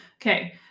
Okay